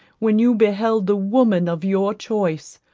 when you beheld the woman of your choice,